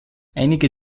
einige